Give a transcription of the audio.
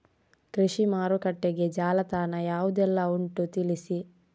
ಕೃಷಿ ಮಾರುಕಟ್ಟೆಗೆ ಜಾಲತಾಣ ಯಾವುದೆಲ್ಲ ಉಂಟು ತಿಳಿಸಿ